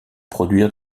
produire